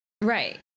Right